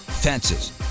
fences